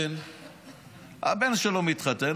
כשהבן שלו מתחתן,